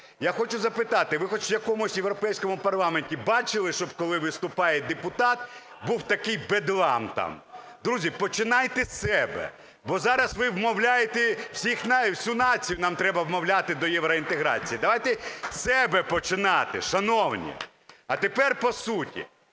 Я хочу запитати: ви хоч в якомусь європейському парламенті бачили, щоб, коли виступає депутат, був такий бедлам там? Друзі, починайте з себе, бо зараз ви вмовляєте, всю націю нам треба вмовляти до євроінтеграції. Давайте з себе починати, шановні! А тепер по суті.